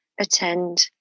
attend